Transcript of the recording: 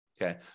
Okay